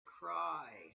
cry